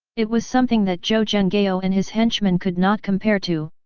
it was something that zhou zhenghao and his henchmen could not compare to.